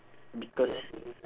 because